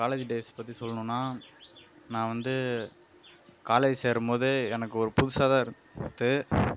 என்னோடய college days பற்றி சொல்ணும்னா நான் வந்து காலேஜ் சேரும் போது எனக்கு ஒரு புதுசாக தான் இருந்துது